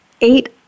eight